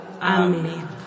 Amen